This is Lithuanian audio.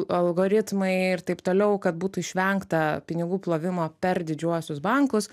algoritmai ir taip toliau kad būtų išvengta pinigų plovimo per didžiuosius bankus